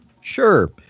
Sure